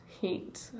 heat